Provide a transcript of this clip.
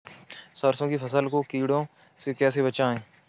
सरसों की फसल को कीड़ों से कैसे बचाएँ?